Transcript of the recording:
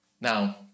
Now